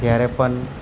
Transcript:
જ્યારે પણ